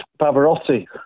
Pavarotti